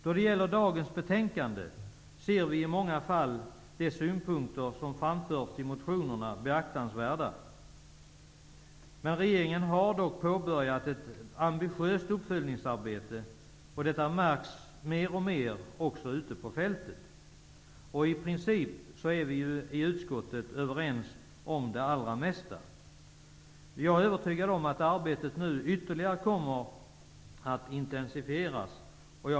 När det gäller dagens betänkande finner vi de synpunkter som framförs i motionerna i många fall beaktansvärda. Regeringen har dock påbörjat ett ambitiöst uppföljningsarbete, vilket märks mer och mer också ute på fältet. I princip är vi i utskottet överens om det allra mesta. Jag är övertygad om att arbetet nu ytterligare kommer att intensifieras.